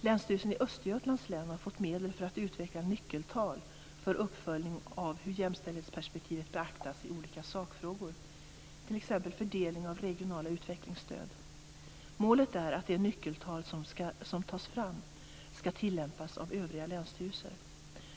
· Länsstyrelsen i Östergötlands län har fått medel för att utveckla nyckeltal för uppföljning av hur jämställdhetsperspektivet beaktas i olika sakfrågor, t.ex fördelning av regionala utvecklingsstöd. Målet är att de nyckeltal som tas fram skall tilllämpas av övriga länsstyrelser.